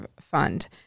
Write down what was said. fund